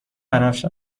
بنفش